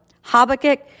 Habakkuk